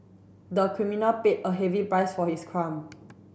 the criminal paid a heavy price for his crime